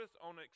on